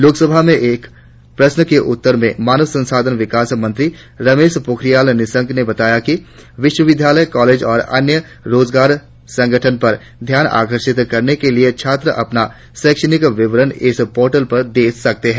लोकसभा में एक प्रश्न के उत्तर में मानव संसाधन मंत्री रमेश पोखरियाल निशंक ने बताया कि विश्वविद्यालय कॉलेज और अन्य रोजगार संगठन पर ध्यान आकर्षित करने के लिए छात्र अपना पौक्षणिक विवरण इस पोरटल पर हे सकते है